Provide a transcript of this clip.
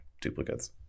duplicates